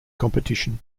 competition